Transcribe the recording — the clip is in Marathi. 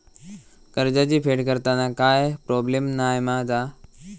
कर्जाची फेड करताना काय प्रोब्लेम नाय मा जा?